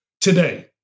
today